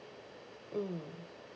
mm